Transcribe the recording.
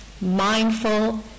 mindful